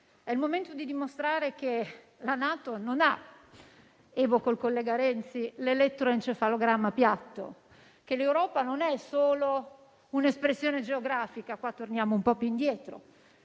È il momento di dimostrare che la NATO non ha - ed evoco il collega Renzi - l'elettroencefalogramma piatto, che l'Europa non è solo un'espressione geografica - qua torniamo un po' più indietro